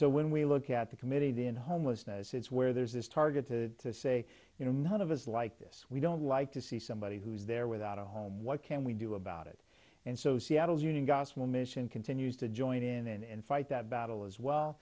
so when we look at the committee then homelessness is where there's this target to say you know none of us like this we don't like to see somebody who's there without a home what can we do about it and so seattle's union gospel mission continues to join in and fight that battle as well